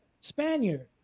spaniard